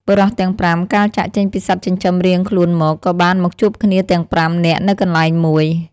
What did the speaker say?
បុរសទាំង ៥ កាលចាកចេញពីសត្វចិញ្ចឹមរៀងខ្លួនមក ក៏បានមកជួបគ្នាទាំង ៥ នាក់នៅកន្លែងមួយ។